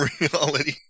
reality